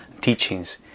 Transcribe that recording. teachings